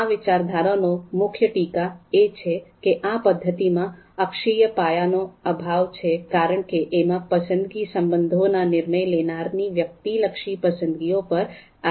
આ વિચારધારાનો મુખ્ય ટીકા એ છે કે આ પદ્ધતિમાં અક્ષીય પાયાનો અભાવ છે કારણ કે એમાં પસંદગી સંબંધો ના નિર્ણયો લેનારાની વ્યક્તિલક્ષી પસંદગીઓ પર આધારિત હોય છે